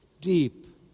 Deep